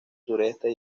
sureste